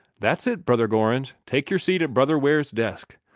that's it, brother gorringe take your seat at brother ware's desk.